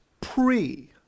pre